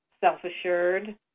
Self-assured